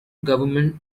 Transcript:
government